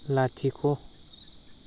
लाथिख'